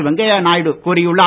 வெங்கையநாயுடு கூறியுள்ளார்